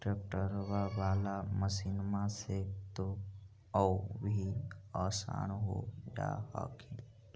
ट्रैक्टरबा बाला मसिन्मा से तो औ भी आसन हो जा हखिन?